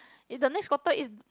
in the next quarter in